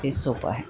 ती सोपं आहे